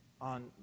on